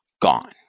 gone